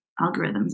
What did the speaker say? algorithms